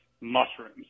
mushrooms